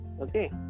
okay